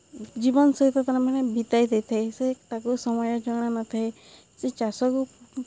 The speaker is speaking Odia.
ଜୀବନ ସହିତ ତା'ରମାନେ ବିତାଇ ଦେଇଥାଏ ସେ ତାକୁ ସମୟ ଜଣାନଥାଏ ସେ ଚାଷକୁ